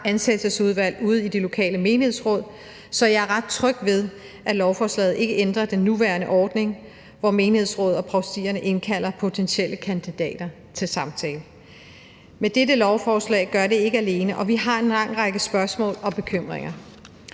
ansættelsesudvalg ude i det lokale menighedsråd, så jeg er ret tryg ved, at lovforslaget ikke ændrer den nuværende ordning, hvor menighedsrådet og provstierne indkalder potentielle kandidater til samtale. Men dette lovforslag gør det ikke alene, og vi har en lang række spørgsmål og bekymringer.